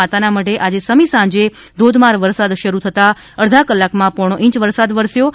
માતાના મઢે આજે સમી સાંજે ધોધમાર વરસાદ શરૂ થતા અડધા કલાકમાં પોણો ઇંચ વરસાદ વરસ્યો છે